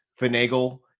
finagle